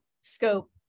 scope